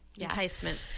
enticement